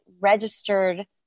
registered